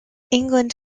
england